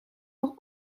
voor